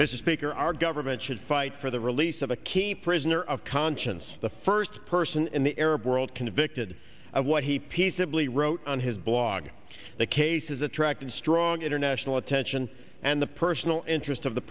baker our government should fight for the release of a key prisoner of conscience the first person in the arab world convicted of what he peaceably wrote on his blog the case has attracted strong international attention and the personal interest of the